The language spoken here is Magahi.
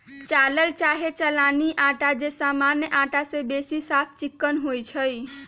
चालल चाहे चलानी अटा जे सामान्य अटा से बेशी साफ चिक्कन होइ छइ